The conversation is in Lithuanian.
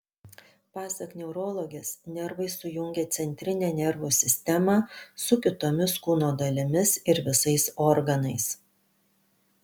pasak neurologės nervai sujungia centrinę nervų sistemą su kitomis kūno dalimis ir visais organais